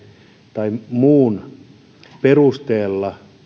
tai muun syyn perusteella